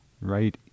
right